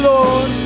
Lord